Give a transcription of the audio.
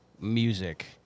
music